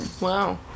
Wow